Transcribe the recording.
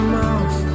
mouth